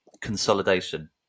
consolidation